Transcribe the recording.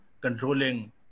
controlling